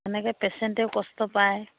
এনেকৈ পেচেণ্টেও কষ্ট পায়